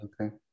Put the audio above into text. Okay